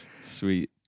Sweet